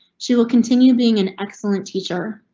she will continue being an excellent teacher.